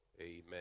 Amen